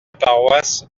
paroisse